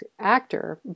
actor